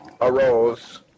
arose